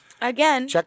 Again